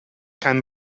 kein